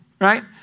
right